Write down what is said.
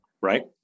right